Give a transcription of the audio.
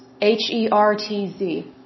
H-E-R-T-Z